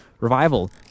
revival